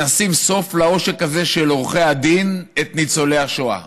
שנשים סוף לעושק הזה של עורכי הדין את ניצולי השואה.